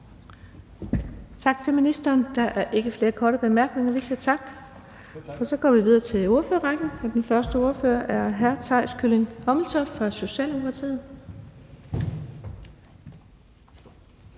Tak til ministeren. Der er ikke flere, der har indtegnet sig, så vi siger tak. Så går vi videre til ordførerrækken. Den første, der får ordet, er hr. Theis Kylling Hommeltoft fra Socialdemokratiet.